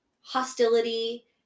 hostility